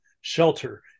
Shelter